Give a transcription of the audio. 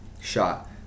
Shot